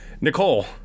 Nicole